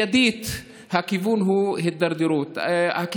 הכיוון הוא הידרדרות מיידית.